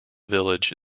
village